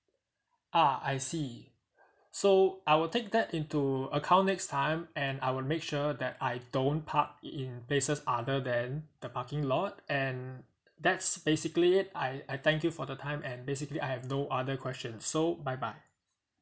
ah I see so I will take that into account next time and I will make sure that I don't park in places other than the parking lot and that's basically it I I thank you for the time and basically I have no other question so bye bye